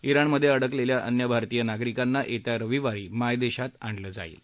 इराणमध्ये अडकलेल्या अन्य भारतीय नागरिकांना येत्या रविवारी मायदेशात आणलं जाणार आहे